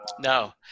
no